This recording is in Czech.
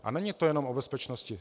A není to jenom o bezpečnosti.